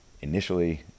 Initially